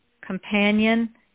companion